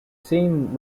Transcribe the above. seen